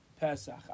pesach